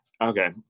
Okay